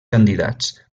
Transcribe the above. candidats